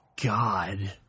God